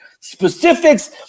specifics